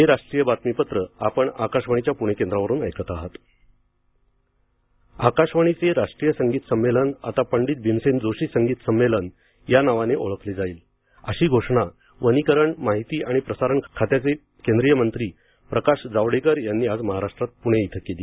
पंडित भीमसेन जोशी संगीत संमेलन आकाशवाणीचे राष्ट्रीय संगीत संमेलन आता पंडित भीमसेन जोशी संगीत संमेलन या नावाने ओळखले जाईल अशी घोषणा वनीकरण माहिती आणि प्रसारण खात्याचे केंद्रीय मंत्री प्रकाश जावडेकर यांनी आज महाराष्ट्रात पुणे इथं केली